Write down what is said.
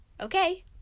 Okay